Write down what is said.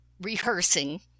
rehearsing